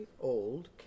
Old